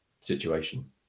situation